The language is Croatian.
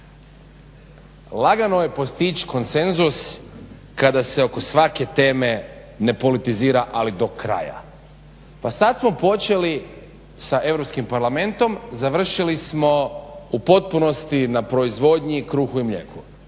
lagano je postići konsenzus kada se oko svake teme ne politizira ali do kraja. Pa sad smo počeli sa Europskim parlamentom završili smo u potpunosti na proizvodnji, kruhu i mlijeku.